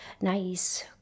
nice